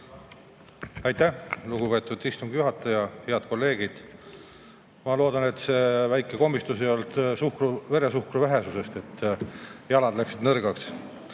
Aitäh, lugupeetud istungi juhataja! Head kolleegid! Ma loodan, et see väike komistus ei olnud veresuhkru vähesusest, kui jalad läksid nõrgaks.